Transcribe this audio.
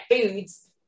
foods